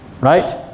right